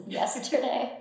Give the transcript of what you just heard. yesterday